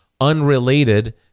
unrelated